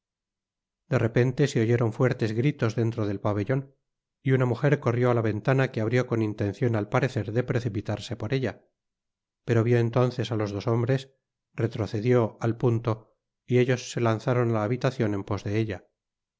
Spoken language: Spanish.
de silla dfé repente se óyéron fuertes gritos dentro del pabellon y nna mujer corrió á la ventana que abrió cón intencion al parecer de precipitarse por eha pero vió entonces á los dos hohiftres rétrocedió at punto y ellos se lanzaron á la habitacion en pos de ella